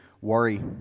worry